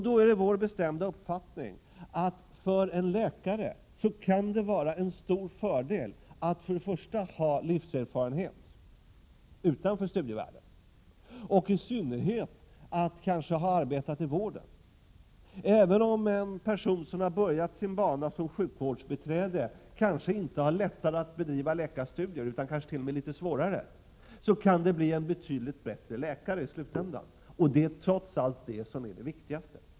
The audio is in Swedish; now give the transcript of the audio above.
Då är det vår bestämda uppfattning att det för en läkare kan vara en stor fördel att dels ha livserfarenhet utanför studievärlden, dels och kanske i synnerhet att ha arbetat inom vården. Även om en person som har börjat sin bana som sjukvårdsbiträde kanske inte har lättare att bedriva läkarstudier utan kanske t.o.m. litet svårare, kan den personen bli en betydligt bättre läkare i slutänden, och det är trots allt det som är det viktigaste.